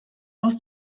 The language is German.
aus